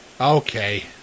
Okay